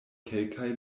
kelkaj